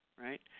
right